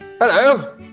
Hello